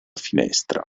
finestra